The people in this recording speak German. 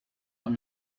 man